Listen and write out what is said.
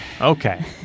okay